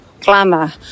glamour